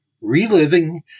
Reliving